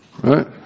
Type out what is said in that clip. Right